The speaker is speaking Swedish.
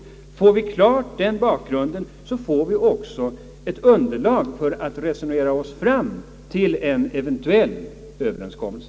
Får vi den bakgrunden klar, då får vi också ett underlag för att resonera oss fram till en eventuell överenskommelse.